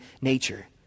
nature